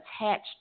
attached